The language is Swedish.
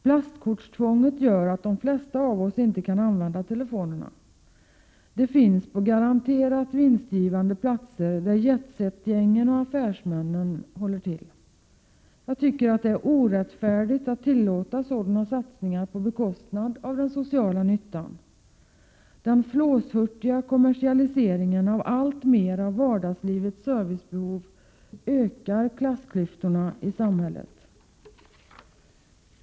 Plastkortstvånget gör att de flesta av oss inte kan använda telefonerna. De finns på garanterat vinstgivande platser där jet-set-gängen och affärsmännen håller till. Jag tycker att det är orättfärdigt att tillåta sådana satsningar på bekostnad av den sociala nyttan. Den flåshurtiga kommersialiseringen av alltmer av vardagslivets servicebehov ökar klassklyftorna i samhället.